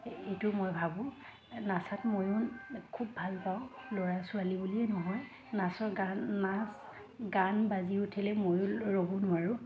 এইটো মই ভাবোঁ নচাত ময়ো খুব ভাল পাওঁ ল'ৰা ছোৱালী বুলিয়েই নহয় নাচৰ গান নাচ গান বাজি উঠিলে ময়ো ৰ'ব নোৱাৰোঁ